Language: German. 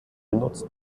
genutzt